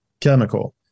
chemical